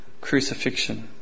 crucifixion